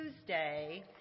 Tuesday